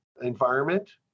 environment